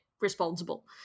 responsible